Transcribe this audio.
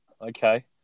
okay